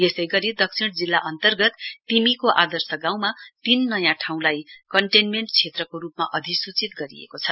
यसै गरी दक्षिण जिल्ला अन्तर्गत तिमीको आर्दश गाउँमा तीन नयाँ ठाउँलाई कन्टेन्मेण्ट क्षेत्रको रूपमा अधिसूचित गरिएको छ